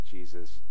Jesus